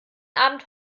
abend